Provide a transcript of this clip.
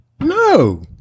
No